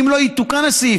אם לא יתוקן הסעיף,